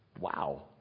Wow